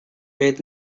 read